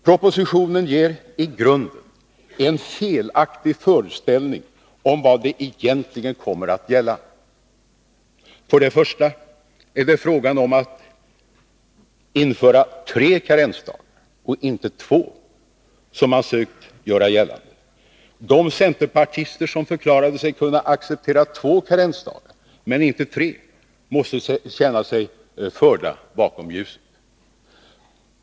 Propositionen ger i grunden en felaktig föreställning om vad det egentligen kommer att gälla. För det första är det fråga om att införa tre karensdagar och inte två, som man försökt göra gällande. De centerpartister som förklarade sig kunna acceptera två karensdagar men inte tre måste känna sig förda bakom ljuset.